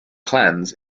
clans